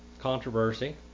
controversy